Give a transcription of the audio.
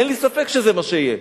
אין לי ספק שזה מה שיהיה.